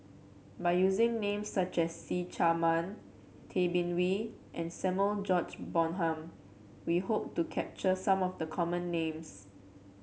by using names such as See Chak Mun Tay Bin Wee and Samuel George Bonham we hope to capture some of the common names